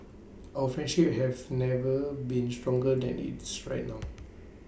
our friendship have never been stronger than it's right now